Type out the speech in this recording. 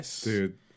dude